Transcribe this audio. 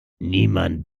niemand